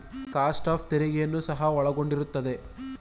cost of ತೆರಿಗೆಯನ್ನು ಸಹ ಒಳಗೊಂಡಿರುತ್ತದೆ